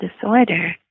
disorder